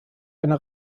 eine